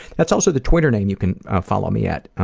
that's also the twitter name you can follow me at.